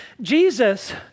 jesus